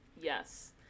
Yes